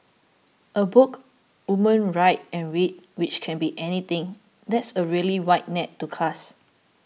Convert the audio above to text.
a book women write and read which can be anything that's a really wide net to cast